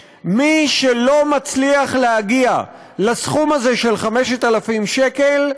פשוט: מי שלא מצליח להגיע לסכום הזה של 5,000 שקל,